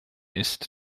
ist